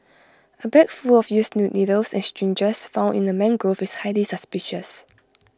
A bag full of used needles and syringes found in A mangrove is highly suspicious